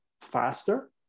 faster